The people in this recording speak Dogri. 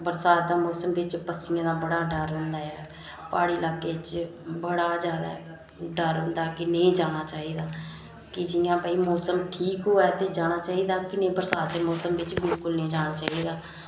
बरसात दे मौसम बिच पस्सियें दा बड़ा डर रौंहदा ऐ प्हाड़ी ल्हाके च बड़ा गै जादै डर होंदा कि नेईं जाना चाहिदा कि जि'यां मौसम ठीक होऐ ते जाना चाहिदा नेईं ते बरसात दे मौसम बिच नेईं जाना चाहिदा